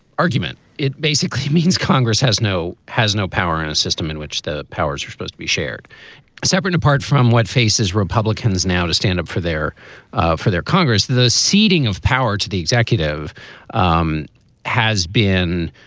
argument. it basically means congress has no has no power in a system in which the powers are supposed to be shared separate apart from what faces republicans now to stand up for their ah for their congress. the ceding of power to the executive um has been